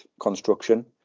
construction